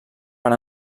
per